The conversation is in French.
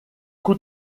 coup